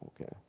okay